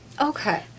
Okay